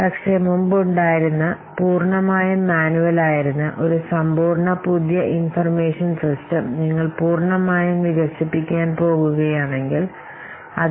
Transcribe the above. പക്ഷെ മുമ്പുണ്ടായിരുന്ന ഒരു സമ്പൂർണ്ണ പുതിയ ഇൻഫർമേഷൻ സിസ്റ്റം നിങ്ങൾ പൂർണ്ണമായും വികസിപ്പിക്കാൻ പോകുകയാണെങ്കിൽ അത് പൂർണ്ണമായും മാനുവലായിരുന്നു